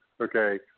okay